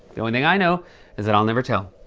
the only thing i know is that i'll never tell.